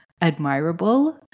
admirable